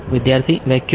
વિદ્યાર્થી વેક્યુમ